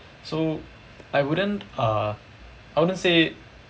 so I wouldn't uh I wouldn't say